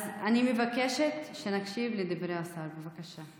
אז אני מבקשת שנקשיב לדברי השר, בבקשה.